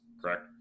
Correct